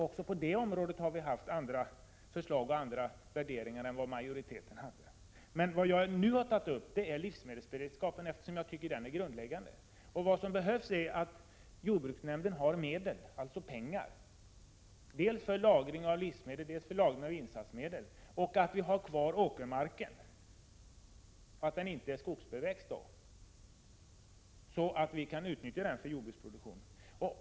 Även på detta område har vi haft andra förslag och andra värderingar än vad majoriteten hade. Vad jag nu har tagit upp är emellertid livsmedelsberedskapen, eftersom jag tycker att denna är grundläggande. Det som behövs är att jordbruksnämnden har pengar för lagring av dels livsmedel, dels insatsmedel samt att vi har kvar åkermarken, så att den inte är skogbeväxt utan kan utnyttjas för jordbruksproduktion.